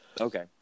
Okay